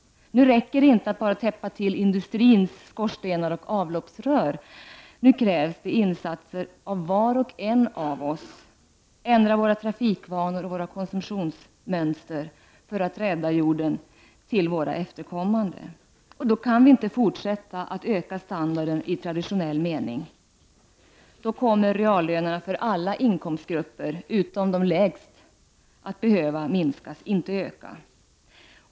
Det räcker inte att bara täppa till industrins skorstenar och avloppsrör. Nu krävs det insatser av var och en av oss för att ändra våra trafikvanor och vårt konsumtionsmönster för att rädda jorden till våra efterkommande. Då kan vi inte fortsätta att öka standarden i traditionell mening. Då kommer reallönerna för alla inkomstgrupper utom de lägsta att behöva minskas, inte ökas.